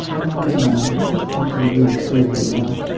ah no, i think there's something really seriously wrong.